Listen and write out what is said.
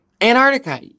Antarctica